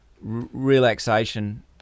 relaxation